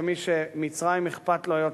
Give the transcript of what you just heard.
כמי שאכפת לו מצרים,